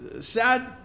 Sad